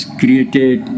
created